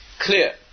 clear